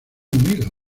unido